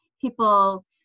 people